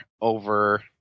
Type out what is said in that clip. over